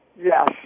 Yes